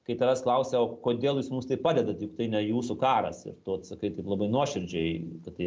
kai tavęs klausia o kodėl jūs mums taip padedat juk tai ne jūsų karas ir tu atsakai taip labai nuoširdžiai kad tai